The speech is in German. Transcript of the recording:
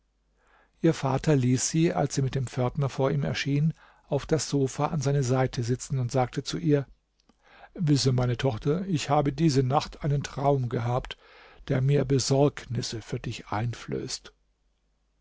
ihr vater ließ sie als sie mit dem pförtner vor ihm erschien auf das sofa an seine seite sitzen und sagte zu ihr wisse meine tochter ich habe diese nacht einen traum gehabt der mir besorgnisse für dich einflößt